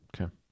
Okay